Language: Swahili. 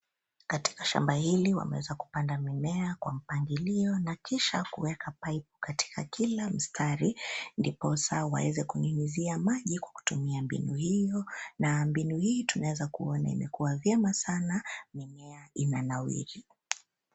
Katika shamba hili wameweza kupanda mimea kwa mpangilio na kisha, kueka pipu katika kila mstari ndiposa waeze kunyunizia maji kwa kutumia mbinu hio, na mbinu hii tunaweza kuona imekuwa vyema sana, mimea inanawiri.